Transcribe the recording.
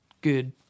good